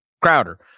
Crowder